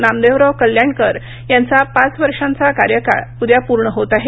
नामदेवराव कल्याणकर यांचा पाच वर्षांचा कार्यकाळ उद्या पूर्ण होत आहे